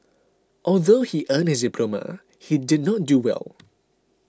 although he earned his diploma he did not do well